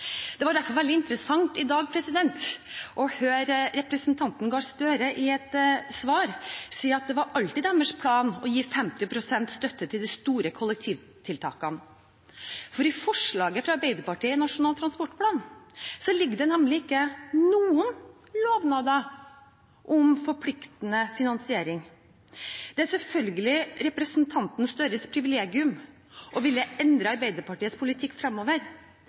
Det var derfor veldig interessant i dag å høre representanten Gahr Støre i et svar si at det alltid var deres plan å gi 50 pst. støtte til de store kollektivtiltakene. I forslaget fra Arbeiderpartiet i Nasjonal transportplan ligger det nemlig ikke noen lovnader om forpliktende finansiering. Det er selvfølgelig representanten Gahr Støres privilegium å ville endre Arbeiderpartiets politikk